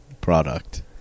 product